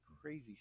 crazy